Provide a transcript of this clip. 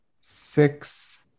six